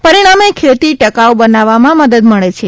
પરીણામે ખેતી ટકાઉ બનાવવામાં મદદ મળે છે